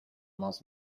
most